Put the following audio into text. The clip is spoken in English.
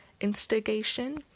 instigation